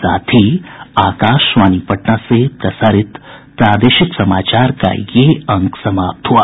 इसके साथ ही आकाशवाणी पटना से प्रसारित प्रादेशिक समाचार का ये अंक समाप्त हुआ